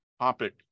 topic